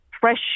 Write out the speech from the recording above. fresh